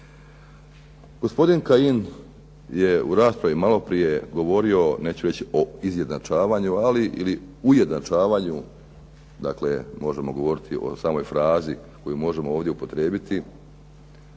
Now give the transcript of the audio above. Gospodin Kajin je u raspravi malo prije govorio neću reći o izjednačavanju ali ili ujednačavanju, dakle možemo govoriti o samoj frazi koju možemo ovdje upotrijebiti